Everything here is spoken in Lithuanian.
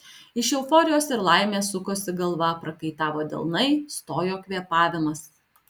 iš euforijos ir laimės sukosi galva prakaitavo delnai stojo kvėpavimas